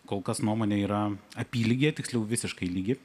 kol kas nuomonė yra apylygė tiksliau visiškai lygi